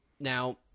Now